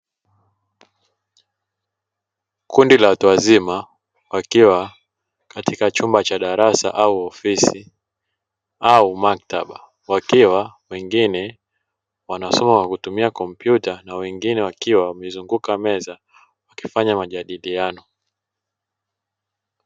Kundi la watu wazima wakiwa katika chumba cha darasa au ofisi au maktaba wakiwa wengine wanaosoma kwa kutumia kompyuta, na wengine wakiwa wamezunguka meza wakifanya majadiliano.